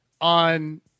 on